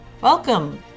Welcome